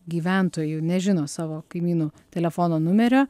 gyventojų nežino savo kaimynų telefono numerio